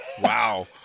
wow